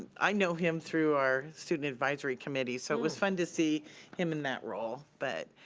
i know him through our student advisory committee, so it was fun to see him in that role, but.